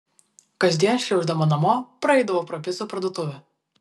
kasdien šliauždama namo praeidavau pro picų parduotuvę